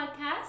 podcast